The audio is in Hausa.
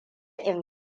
in